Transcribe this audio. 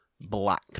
Black